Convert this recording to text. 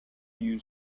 you